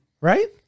Right